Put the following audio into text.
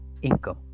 income